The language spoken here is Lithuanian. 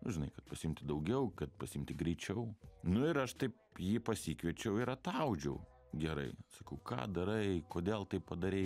nu žinai kad pasiimti daugiau kad pasiimti greičiau nu ir aš taip jį pasikviečiau ir ataudžiau gerai sakau ką darai kodėl taip padarei